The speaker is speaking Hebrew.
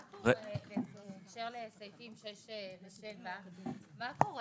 מה קורה בהקשר לסעיפים 6 ו-7 מה קורה